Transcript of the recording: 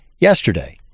yesterday